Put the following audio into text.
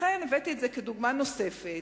לכן הבאתי את זה כדוגמה נוספת,